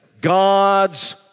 God's